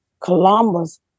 Columbus